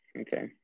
Okay